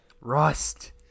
Rust